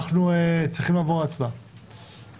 גם האנשים, ויקבלו את כספם חזרה.